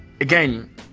again